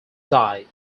die